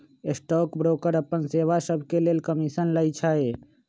stock broker अप्पन सेवा सभके लेल कमीशन लइछइ